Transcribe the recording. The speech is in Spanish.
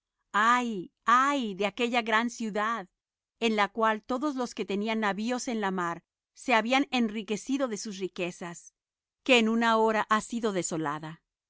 ay ay de aquella gran ciudad en la cual todos los que tenían navíos en la mar se habían enriquecido de sus riquezas que en una hora ha sido desolada